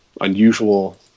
unusual